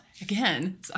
again